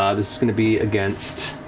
ah this is going to be against